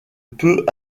peu